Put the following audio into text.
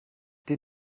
den